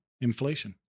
inflation